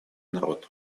народ